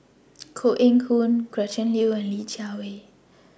Koh Eng Hoon Gretchen Liu and Li Jiawei